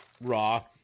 Raw